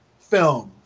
films